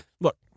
Look